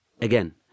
again